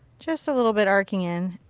just a little bit arching in.